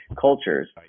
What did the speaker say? Cultures